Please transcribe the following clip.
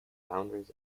founders